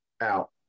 Out